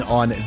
on